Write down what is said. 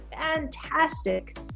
fantastic